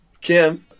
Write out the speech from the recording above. Kim